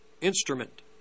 instrument